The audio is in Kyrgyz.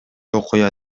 окуя